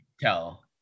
tell